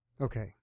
Okay